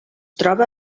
troba